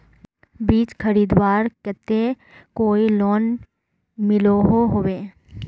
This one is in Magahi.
बीज खरीदवार केते कोई लोन मिलोहो होबे?